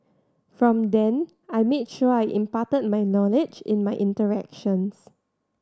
from then I made sure I imparted my knowledge in my interactions